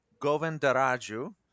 Govindaraju